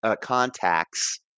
contacts